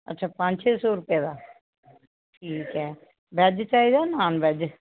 अच्छा पंज छे सौ रपेऽ दा ठीक ऐ वैज चाहिदा नान वैज